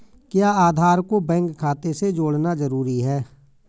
क्या आधार को बैंक खाते से जोड़ना जरूरी है?